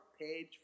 page